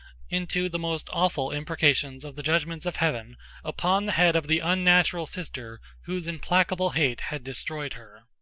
into the most awful imprecations of the judgments of heaven upon the head of the unnatural sister whose implacable hate had destroyed her.